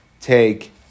take